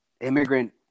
immigrant